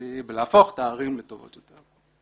בלהפוך את הערים לטובות יותר.